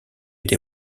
des